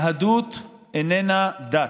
היהדות איננה דת,